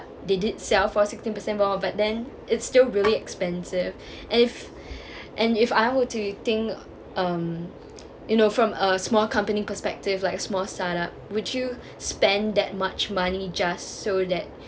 they did sell for sixteen percent more but then it's still really expensive and if and if I were to think um you know from a small company perspective like a small startup would you spend that much money just so that